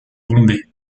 bombay